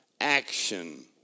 action